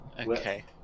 Okay